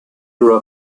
grew